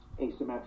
asymmetric